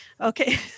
Okay